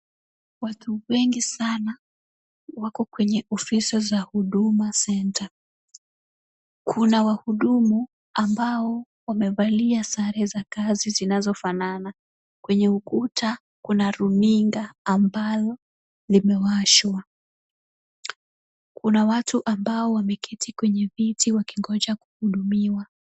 Watu wengi sana. Wako kwenye ofisi za huduma center. Kuna wahudumu ambao wamevalia sare za kazi zinazofanana kwenye ukuta kuna runinga ambayo limewashwa. Kuna watu ambao wameketi kwenye viti wakingoja kuhudumiwa.